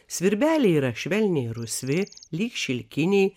svirbeliai yra švelniai rausvi lyg šilkiniai